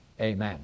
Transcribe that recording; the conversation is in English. amen